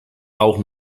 auch